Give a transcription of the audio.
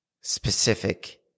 specific